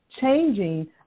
changing